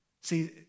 See